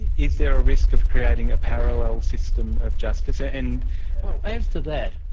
is there a risk of creating a parallel system of justice? ah and well, as to that,